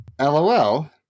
LOL